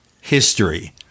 history